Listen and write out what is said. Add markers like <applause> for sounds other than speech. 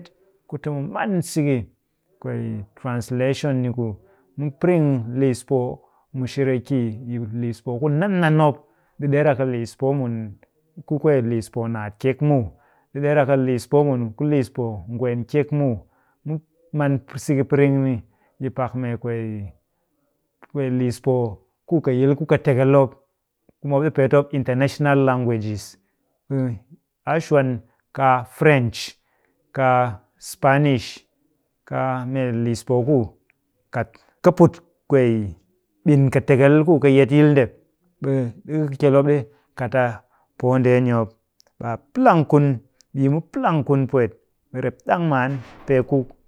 Ku ti mu man siki kwee translation ni ku mu piring liis poo mushere ki yi liis poo ku nan nan mop. Ɗi ɗer a kɨ liis poo mun ku kwee liis poo naat kyek muw. Ɗi ɗer a kɨ liis poo mun ku liis poo ngwee kyek muw. Mu man siki pring ni yi pak mee kwee, kwee liis poo ku ka yil ku kɨ tekel mop, ku mop ɗi peet mop international languages. Ɓe a shwan kaa french, kaa spanish, kaa mee liis poo ku kat ka put kwee ɓin kɨtekel ku ka yet yil nde, ɓe ɗika kyel mop ɗi kat a poo ndeeni mop ɓe a plang kun. Ɓe yi mu plang kun pwet. Ɓe rep ɗang maan <noise> peeku